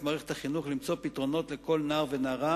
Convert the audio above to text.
מערכת החינוך למצוא פתרונות לכל נער ונערה,